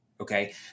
okay